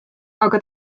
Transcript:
aga